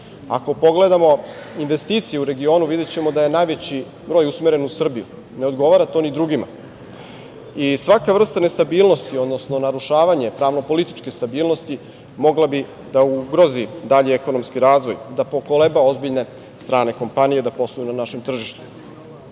Ako pogledamo investicije u regionu videćemo da je najveći broj usmeren u Srbiju. Ne odgovara to ni drugima. Svaka vrsta nestabilnosti, odnosno narušavanje pravno-političke stabilnosti moglo bi da ugrozi dalji ekonomski razvoj, da pokoleba ozbiljne strane kompanije da posluju na našem tržištu. Ne